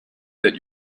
that